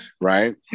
Right